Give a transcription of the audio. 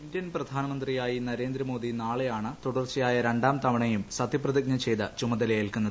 Indian പ്രധാനമന്ത്രിയായി നരേന്ദ്രമോദി നാളെയാണ് തുടർച്ചയായ രണ്ടാം തവണയും സത്യപ്രതിജ്ഞ ചെയ്ത് ചുമതലയേൽക്കുന്നത്